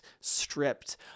stripped